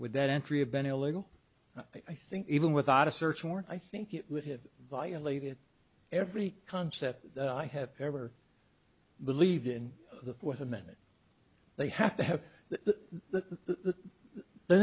with that entry have been illegal i think even without a search warrant i think you would have violated every concept i have ever believed in the fourth amendment they have to have the the